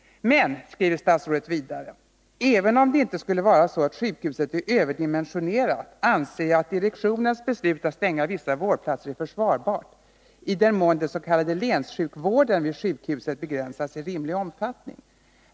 ”Men”, säger statsrådet vidare, ”även om så inte är fallet anser jag att direktionens beslut att stänga vissa vårdplatser är försvarligt i den mån den s.k. länssjukvården vid sjukhuset begränsas i rimlig omfattning.